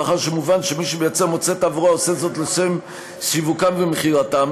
ומאחר שמובן שמי שמייצר מוצרי תעבורה עושה זאת לשם שיווקם ומכירתם,